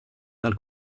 dal